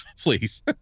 please